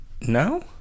no